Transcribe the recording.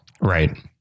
Right